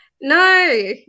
No